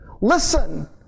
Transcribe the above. Listen